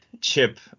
chip